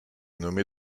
nommé